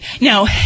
Now